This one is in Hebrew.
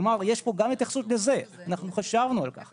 כלומר, יש פה גם התייחסות לזה, אנחנו חשבנו על כך.